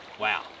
wow